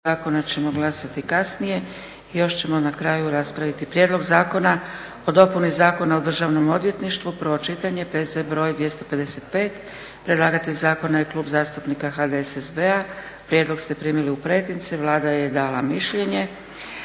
**Zgrebec, Dragica (SDP)** Još ćemo na kraju raspraviti: 11. Prijedlog zakona o dopuni Zakona o Državnom odvjetništvu, prvo čitanje, P.Z. br. 255 Predlagatelj zakona je Klub zastupnika HDSSB-a. Prijedlog akta ste primili u pretince. Vlada RH dostavila je mišljenje.